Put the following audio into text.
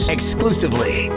Exclusively